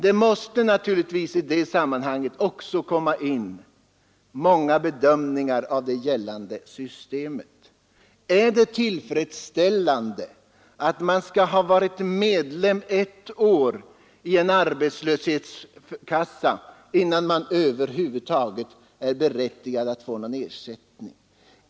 Det måste i detta sammanhang också göras bedömningar i olika avseenden av det gällande systemet. Är det tillfredsställande att man skall ha varit medlem ett år i en arbetslöshetskassa innan man över huvud taget är berättigad att få någon ersättning?